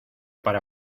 para